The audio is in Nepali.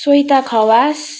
सोहिता खवास